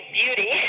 beauty